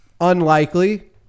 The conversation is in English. unlikely